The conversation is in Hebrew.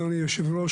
אדוני יושב הראש,